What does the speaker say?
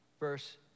Verse